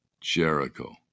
Jericho